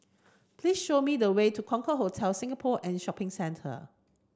please show me the way to Concorde Hotel Singapore and Shopping Centre